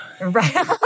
Right